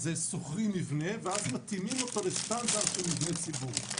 אז שוכרים מבנה ואז מתאימים אותו לסטנדרט של מבנה ציבור.